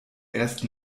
ersten